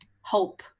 hope